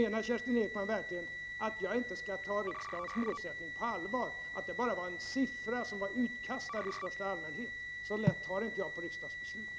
Menar Kerstin Ekman verkligen att jag inte skulle ta riksdagens målsättning på allvar, att det bara är fråga om en siffra utkastad i största allmänhet? Så lätt tar jag inte på riksdagens beslut.